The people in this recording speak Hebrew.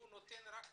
הוא נותן רק כסף.